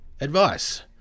advice